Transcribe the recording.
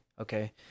okay